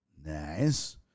Nice